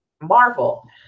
Marvel